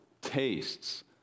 tastes